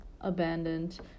abandoned